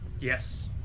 Yes